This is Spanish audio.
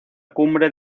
cumbre